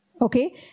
okay